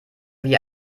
wie